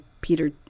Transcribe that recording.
Peter